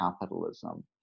capitalism